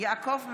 יעקב מרגי,